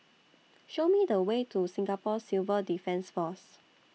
Show Me The Way to Singapore Civil Defence Force